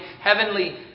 heavenly